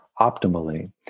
optimally